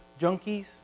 junkies